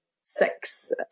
six